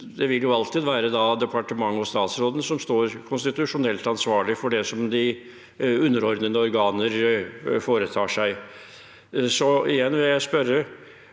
Det vil jo alltid være departementet og statsråden som står konstitusjonelt ansvarlig for det som de underordnede organer foretar seg. Så igjen vil jeg spørre: